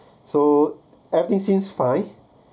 so everything seems fine